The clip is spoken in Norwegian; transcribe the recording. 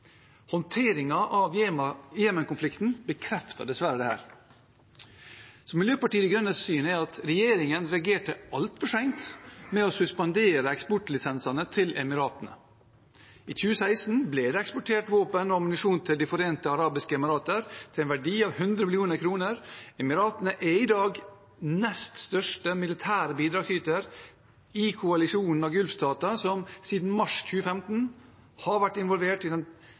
av Jemen-konflikten bekrefter dessverre dette. Miljøpartiet De Grønnes syn er at regjeringen reagerte altfor sent med å suspendere eksportlisensene til Emiratene. I 2016 ble det eksportert våpen og ammunisjon til De forente arabiske emirater til en verdi av 100 mill. kr. Emiratene er i dag nest største militære bidragsyter i koalisjonen av Golf-stater som siden mars 2015 har vært involvert i den